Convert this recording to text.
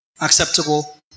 acceptable